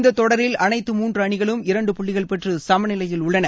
இந்த தொடரில் அனைத்து மூன்று அணிகளும் இரண்டு புள்ளிகள் பெற்று சமநிலையில் உள்ளன